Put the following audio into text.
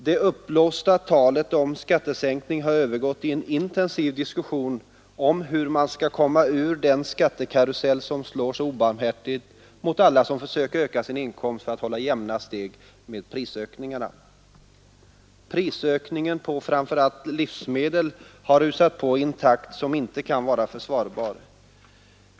Det uppblåsta talet om skattesänkning har övergått i en intensiv diskussion om hur man skall komma ur den skattekarusell som slår så obarmhärtigt mot alla som försöker öka sin inkomst för att hålla jämna steg med prisökningarna. Prisökningen på framför allt livsmedel har rusat på i en takt som inte kan vara försvarbar.